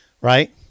right